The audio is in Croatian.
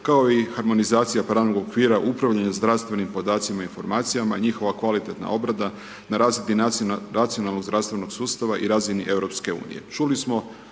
kao i harmonizacija pravnog okvira upravljanja zdravstvenim podacima i informacijama, njihova kvalitetna obrada na razini racionalnog zdravstvenog sustava i razini EU. Čuli